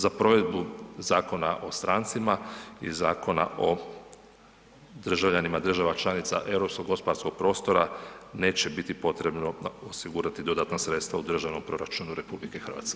Za provedbu Zakona o strancima i Zakona o državljanima država članica europskog gospodarskog prostora neće biti potrebno osigurati dodatna sredstva u državnom proračunu RH.